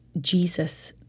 Jesus